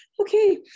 okay